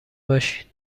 باشین